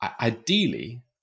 ideally